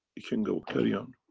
you can go, carry ah and